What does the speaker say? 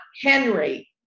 Henry